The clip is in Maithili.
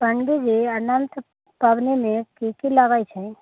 पण्डीजी अनन्त पावनिमे की की लगै छै